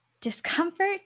discomfort